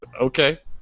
Okay